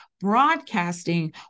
broadcasting